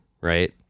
right